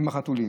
החתולים.